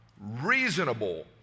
reasonable